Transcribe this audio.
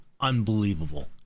unbelievable